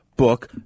book